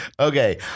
Okay